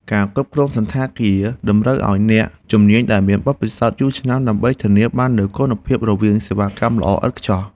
ការគ្រប់គ្រងសណ្ឋាគារតម្រូវឱ្យមានអ្នកជំនាញដែលមានបទពិសោធន៍យូរឆ្នាំ ដើម្បីធានាបាននូវគុណភាពសេវាកម្មល្អឥតខ្ចោះ។